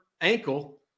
ankle